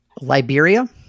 Liberia